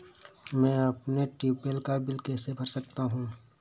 मैं अपने ट्यूबवेल का बिल कैसे भर सकता हूँ?